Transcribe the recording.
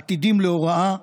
"עתידים להוראה",